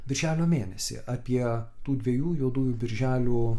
birželio mėnesį apie tų dviejų juodųjų birželių